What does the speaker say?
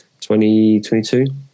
2022